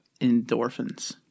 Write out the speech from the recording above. Endorphins